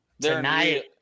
Tonight